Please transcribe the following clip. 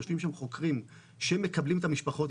יושבים שם חוקרים שמקבלים את המשפחות,